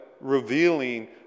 revealing